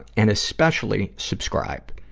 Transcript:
and especially subscribe.